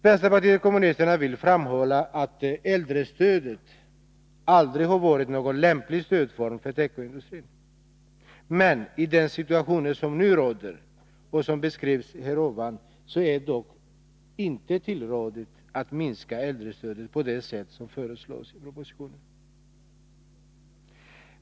Vänsterpartiet kommunisterna vill framhålla att äldrestödet aldrig har varit någon lämplig stödform för tekoindustrin. Men i den situation som nu råder och som jag nyss beskrivit, är det dock inte tillrådligt att minska äldrestödet på det sätt som föreslås i propositionen.